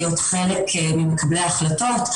להיות חלק ממקבלי ההחלטות.